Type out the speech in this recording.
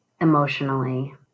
emotionally